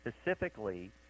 specifically